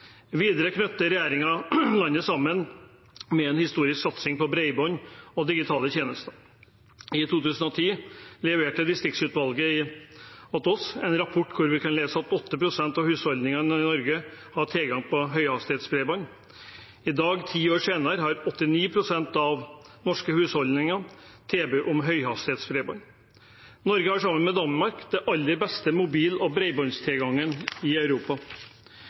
Videre knytter regjeringen landet sammen med en historisk satsing på bredbånd og digitale tjenester. I 2010 leverte distriktsutvalget en rapport til oss hvor vi kunne lese at 8 pst. av husholdningene i Norge hadde tilgang på høyhastighetsbredbånd. I dag, ti år senere, har 89 pst. av norske husholdninger tilbud om høyhastighetsbredbånd. Norge har, sammen med Danmark, den aller beste mobil- og bredbåndstilgangen i Europa.